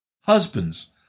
Husbands